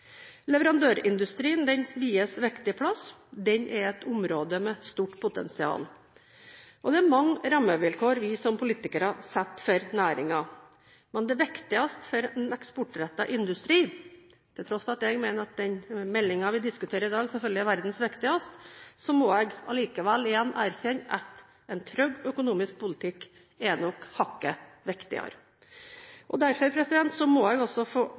Leverandørindustrien vies en viktig plass – et område som har et stort potensial. Det er mange rammevilkår vi som politikere setter for næringen. Det viktigste for en eksportrettet industri, til tross for at jeg mener den meldingen vi diskuterer her i dag, er verdens viktigste, så må jeg likevel erkjenne at en trygg økonomisk politikk er hakket viktigere. Jeg må derfor